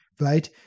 right